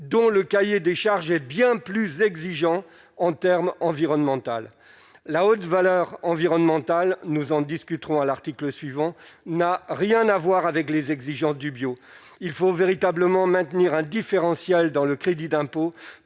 dont le cahier des charges est bien plus exigeants en terme environnemental, la haute valeur environnementale, nous en discuterons à l'article suivant n'a rien à voir avec les exigences du bio, il faut véritablement maintenir un différentiel dans le crédit d'impôt